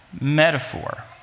metaphor